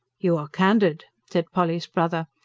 you are candid, said polly's brother,